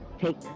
take